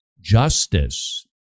justice